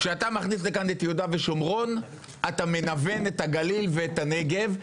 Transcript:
כשאתה מכניס לכאן את יהודה ושומרון אתה מנוון את הגליל ואת הנגב.